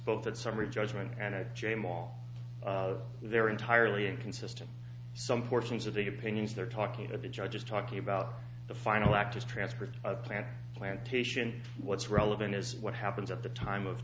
both that summary judgment and it jame all of their entirely inconsistent some portions of the opinions they're talking of the judge is talking about the final act is transferred plan plantation what's relevant is what happens at the time of